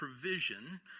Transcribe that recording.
provision